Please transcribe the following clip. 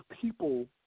people